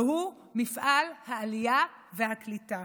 והוא מפעל העלייה והקליטה.